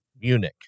Munich